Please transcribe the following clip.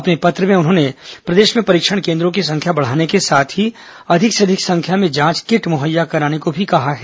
अपने पत्र में उन्होंने प्रदेश में परीक्षण केन्द्रों की संख्या बढ़ाने के साथ ही अधिक से अधिक संख्या में जांच किट मुहैया कराने को भी कहा है